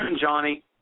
Johnny –